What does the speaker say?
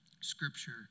scripture